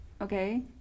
Okay